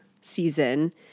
season